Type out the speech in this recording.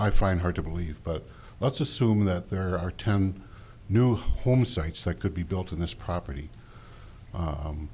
i find hard to believe but let's assume that there are ten new home sites that could be built on this property